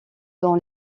dans